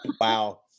Wow